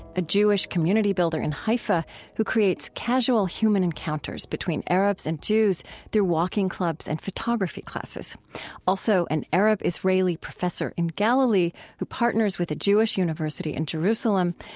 a jewish community builder in haifa who creates casual human encounters between arabs and jews through walking clubs and photography classes also, an arab-israeli professor in galilee who partners with a jewish university in jerusalem,